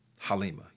Halima